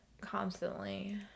constantly